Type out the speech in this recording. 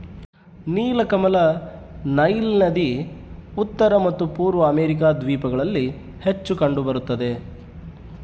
ನೀಲಕಮಲ ನೈಲ್ ನದಿ ಉತ್ತರ ಮತ್ತು ಪೂರ್ವ ಅಮೆರಿಕಾ ದ್ವೀಪಗಳಲ್ಲಿ ಹೆಚ್ಚು ಕಂಡು ಬರುತ್ತದೆ